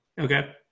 Okay